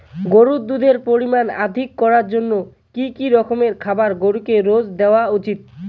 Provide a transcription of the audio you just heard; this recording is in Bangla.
গরুর দুধের পরিমান অধিক করার জন্য কি কি রকমের খাবার গরুকে রোজ দেওয়া উচিৎ?